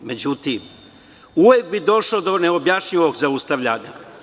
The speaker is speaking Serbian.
Međutim, uvek bi došlo do neobjašnjivog zaustavljanja.